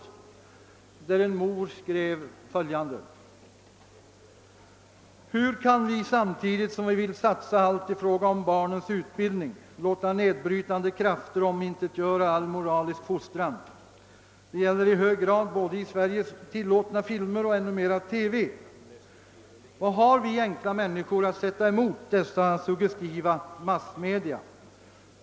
I det brevet skrev en mor bl.a. följande: »Hur kan vi samtidigt som vi vill satsa allt i fråga om barnens utbildning låta nedbrytande krafter omintetgöra all moralisk fostran? Det gäller i hög grad både i Sverige tillåtna filmer och ännu mera TV. Vad har vi enkla människor att sätta emot dessa suggestiva massmedia?